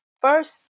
First